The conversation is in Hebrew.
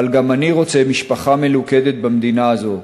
אבל גם אני רוצה משפחה מלוכדת במדינה הזו.